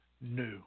new